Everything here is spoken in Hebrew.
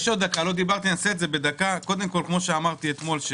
אני רוצה לומר משהו בדקה: כמוש אמרתי אתמול,